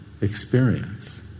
experience